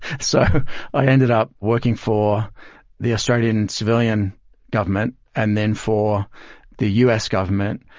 so i ended up working for the australian civilian government, and then for the u s. government,